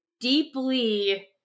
deeply